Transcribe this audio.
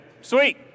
sweet